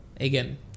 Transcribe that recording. again